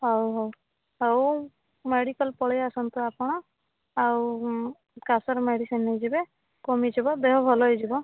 ହଉ ହଉ ହଉ ମେଡ଼ିକାଲ୍ ପଳାଇ ଆସନ୍ତୁ ଆପଣ ଆଉ କାଶର ମେଡ଼ିସିନ୍ ନେଇଯିବେ କମିଯିବ ଦେହ ଭଲ ହେଇଯିବ